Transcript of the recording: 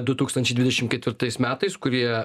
du tūkstančiai dvidešimt ketvirtais metais kurie